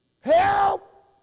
Help